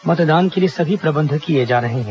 मतदान के लिए सभी प्रबंध किए जा रहे हैं